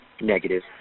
Negative